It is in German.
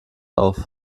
auf